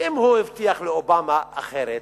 כי אם הוא הבטיח לאובמה אחרת,